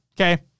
okay